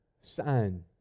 sign